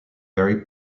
very